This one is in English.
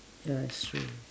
ya it's true